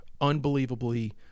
unbelievably